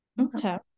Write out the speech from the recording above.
Okay